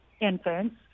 infants